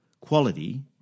quality